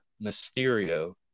Mysterio